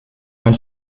man